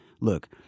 look